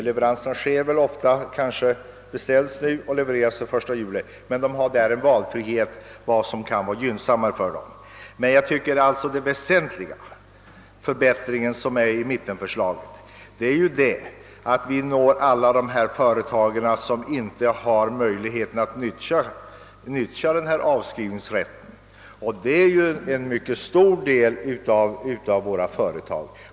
Om uppgörelse om leverans träffas så här års men varorna inte levereras förrän efter den 1 juli finns det alltså en valfrihet och man kan välja det som man bedömer vara mest gynnsamt. Den väsentliga förbättringen med mittenpartiernas förslag är emellertid att vi med det når alla de företag som inte kan utnyttja avskrivningsrätten — och det är en mycket stor del av våra företag.